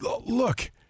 look